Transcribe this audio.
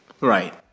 Right